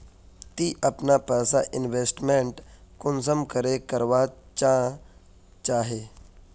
ती अपना पैसा इन्वेस्टमेंट कुंसम करे करवा चाँ चची?